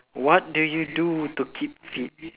what do you do to keep fit